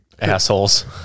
Assholes